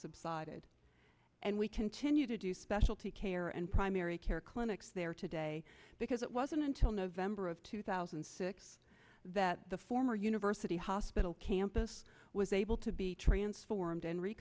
subsided and we continue to do specialty care and primary care clinics there today because it wasn't until november of two thousand and six that the former university hospital campus was able to be transformed and